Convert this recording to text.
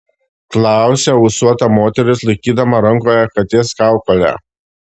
klausia ūsuota moteris laikydama rankoje katės kaukolę